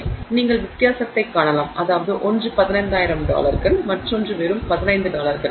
எனவே நீங்கள் வித்தியாசத்தைக் காணலாம் அதாவது ஒன்று 15000 டாலர்கள் மற்றொன்று வெறும் 15 டாலர்கள்